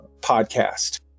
podcast